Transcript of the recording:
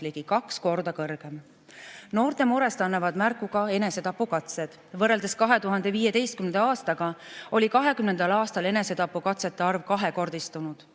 ligi kaks korda kõrgem. Noorte murest annavad märku ka enesetapukatsed. Võrreldes 2015. aastaga oli 2020. aastal enesetapukatsete arv kahekordistunud.